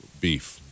beef